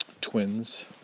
twins